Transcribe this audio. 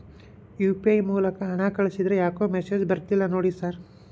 UPI ಮೂಲಕ ಹಣ ಕಳಿಸಿದ್ರ ಯಾಕೋ ಮೆಸೇಜ್ ಬರ್ತಿಲ್ಲ ನೋಡಿ ಸರ್?